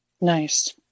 Nice